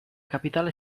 capitale